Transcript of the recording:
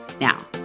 Now